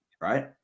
right